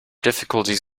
difficulties